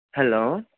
hello